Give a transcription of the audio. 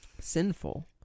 sinful